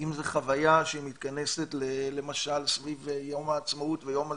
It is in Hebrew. אם זה חוויה שמתכנסת למשל סביב יום העצמאות ויום הזיכרון.